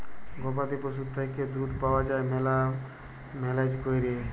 গবাদি পশুর থ্যাইকে দুহুদ পাউয়া যায় ম্যালা ম্যালেজ ক্যইরে